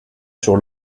sur